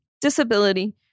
disability